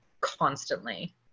constantly